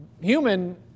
Human